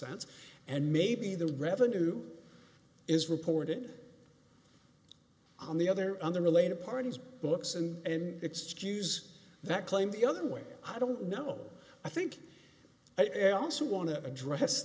sense and maybe the revenue is reported on the other other related parties books and an excuse that claim the other way i don't know i think i also want to address